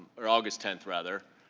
or august ten rather.